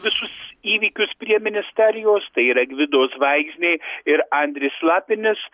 visus įvykius prie ministerijos tai yra gvido zvaigznė ir andris lapinis